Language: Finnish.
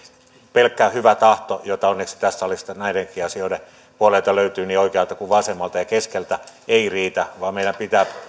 pelkkä hyvä tahto jota onneksi tästä salista näidenkin asioiden puolelta löytyy niin oikealta kuin vasemmalta ja keskeltä ei riitä vaan meidän pitää